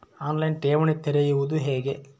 On line ಠೇವಣಿ ತೆರೆಯುವುದು ಹೇಗೆ?